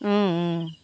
অঁ অঁ